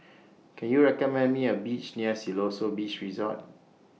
Can YOU recommend Me A Restaurant near Siloso Beach Resort